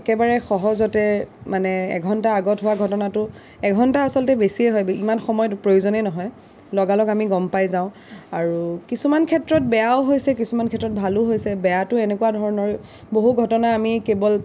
একেবাৰে সহজতে মানে এঘণ্টাৰ আগত হোৱা ঘটনাটো এঘণ্টা আচলতে বেছিয়ে হয় ইমান সময় প্ৰয়োজনে নহয় লগালগ আমি গম পাই যাওঁ আৰু কিছুমান ক্ষেত্ৰত বেয়াও হৈছে কিছুমান ক্ষেত্ৰত ভালো হৈছে বেয়াটো এনেকুৱা ধৰণৰ বহু ঘটনা আমি কেৱল